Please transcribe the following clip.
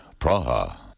Praha